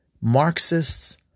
Marxists